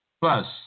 Plus